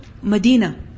Medina